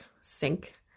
sink